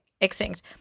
extinct